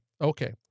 Okay